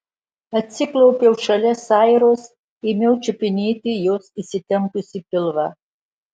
atsiklaupiau šalia sairos ėmiau čiupinėti jos įsitempusį pilvą